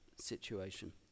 situation